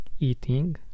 eating